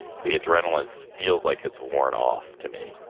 the adrenaline's feels like has worn off. to me,